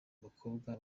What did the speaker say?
abakobwa